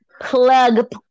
plug